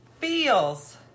feels